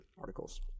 articles